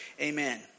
Amen